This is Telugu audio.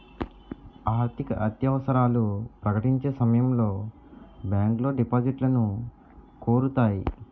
ఆర్థికత్యవసరాలు ప్రకటించే సమయంలో బ్యాంకులో డిపాజిట్లను కోరుతాయి